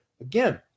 again